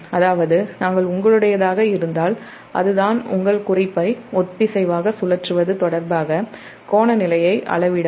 அதாவது நாம் உங்களுடையதாக இருந்தால் அதுதான் உங்கள் குறிப்பை ஒத்திசைவாக சுழற்றுவது தொடர்பாக கோண சட்டகம் நிலையை அளவிடவும்